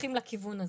הולכים לכיוון הזה.